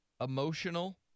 emotional